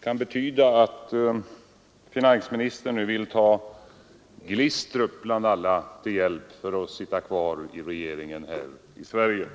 kan betyda att finansministern nu vill ta Glistrup — bland alla — till hjälp för att sitta kvar i regeringen här i Sverige.